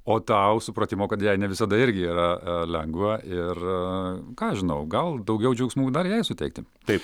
o tau supratimo kad jei ne visada irgi yra lengva ir ką aš žinau gal daugiau džiaugsmų dar jai suteikti taip